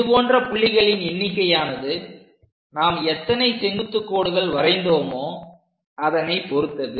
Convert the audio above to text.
இதுபோன்ற புள்ளிகளின் எண்ணிக்கையானது நாம் எத்தனை செங்குத்துக் கோடுகள் வரைந்தோமோ அதனை பொருத்தது